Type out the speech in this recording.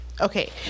okay